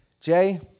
Jay